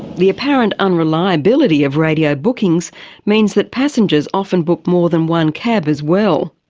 the apparent unreliability of radio bookings means that passengers often book more than one cab as well.